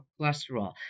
cholesterol